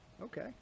Okay